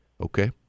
Okay